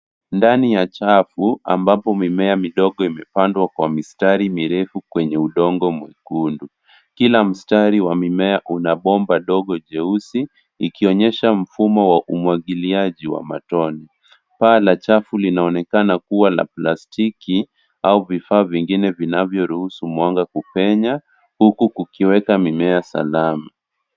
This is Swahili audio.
Ndani ya chafu ambapo mimea midgo imepandwa kwa mistari mirefu kwenye udongo mwekundu. Kila mtari wa mimea unabomba dogo jeusi ikinyesha mfumo wa umwagiliaji wa matone. Paa la chafu linaonekana kua la plastiki au vifaa vingine vinavyoruhusu mwanga kupenya huku kukiweka mimea salama.